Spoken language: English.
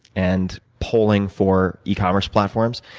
and pulling for ecommerce platforms.